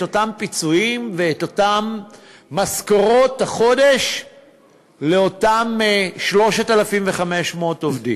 אותם פיצויים ואת אותן משכורות החודש לאותם 3,500 עובדים.